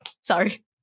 sorry